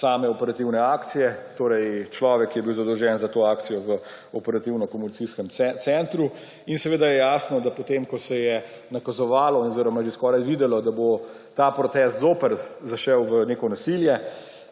same operativne akcije, torej človek, ki je bil zadolžen za to akcijo v operativno-komunikacijskem centru. In seveda je jasno, da potem, ko se je nakazovalo oziroma že skoraj videlo, da bo ta protest zopet zašel v neko nasilje